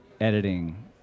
editing